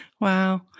Wow